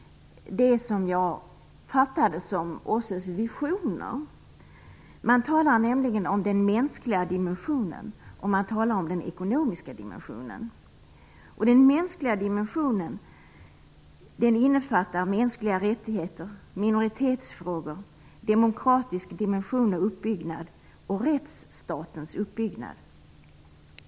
Det gäller det som jag uppfattade som OSSE:s visioner. Man talar nämligen om den mänskliga dimensionen och om den ekonomiska dimensionen. Den mänskliga dimensionen innefattar mänskliga rättigheter, minoritetsfrågor, demokratisk dimension och rättsstatens uppbyggnad.